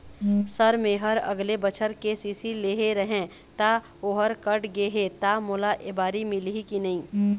Sir मेहर अगले बछर के.सी.सी लेहे रहें ता ओहर कट गे हे ता मोला एबारी मिलही की नहीं?